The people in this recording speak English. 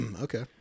Okay